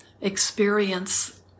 experience